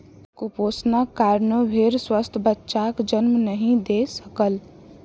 कुपोषणक कारणेँ भेड़ स्वस्थ बच्चाक जन्म नहीं दय सकल